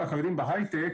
בהיי-טק,